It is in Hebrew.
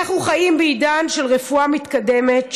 אנחנו חיים בעידן של רפואה מתקדמת,